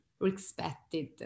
respected